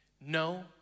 No